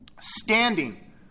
Standing